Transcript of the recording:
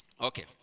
Okay